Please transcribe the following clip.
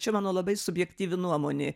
čia mano labai subjektyvi nuomonė